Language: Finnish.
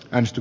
väistö